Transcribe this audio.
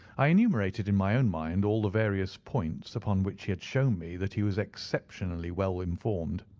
i enumerated in my own mind all the various points upon which he had shown me that he was exceptionally well-informed.